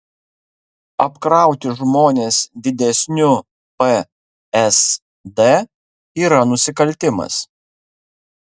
apkrauti žmones didesniu psd yra nusikaltimas